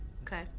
Okay